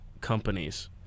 companies